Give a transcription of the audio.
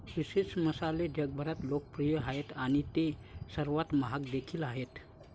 विशेष मसाले जगभरात लोकप्रिय आहेत आणि ते सर्वात महाग देखील आहेत